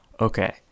Okay